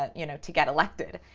ah you know, to get elected.